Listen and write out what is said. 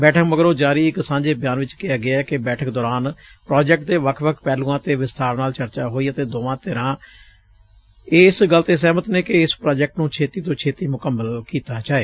ਬੈਠਕ ਮਗਰੋਂ ਜਾਰੀ ਇਕ ਸਾਂਝੇ ਬਿਆਨ ਚ ਕਿਹਾ ਗਿਐ ਕਿ ਬੈਠਕ ਦੌਰਾਨ ਪ੍ਾਜੈਕਟ ਦੇ ਵੱਖ ਵੱਖ ਪਹਿਲੂਆਂ ਤੇ ਵਿਸਬਾਰ ਨਾਲ ਚਰਚਾ ਹੋਈ ਅਤੇ ਦੋਵੇ ਧਿਰਾਂ ਇਸ ਗੱਲ ਤੇ ਸਹਿਮਤ ਨੇ ਕਿ ਇਸ ਪ੍ਾਜੈਕਟ ਨੂੰ ਛੇਤੀ ਤੋਂ ਛੇਤੀ ਮੁਕੰਮਲ ਕੀਤਾ ਜਾਏ